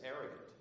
arrogant